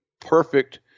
perfect